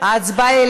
לא שמית.